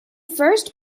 first